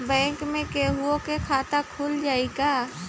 Bank में केहूओ के खाता खुल जाई का?